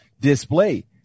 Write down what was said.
display